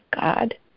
God